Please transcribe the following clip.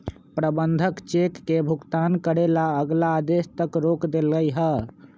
प्रबंधक चेक के भुगतान करे ला अगला आदेश तक रोक देलई ह